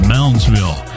Moundsville